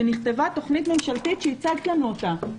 שנכתבה תכנית ממשלתית שהצגת לנו אותה.